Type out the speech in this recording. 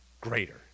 greater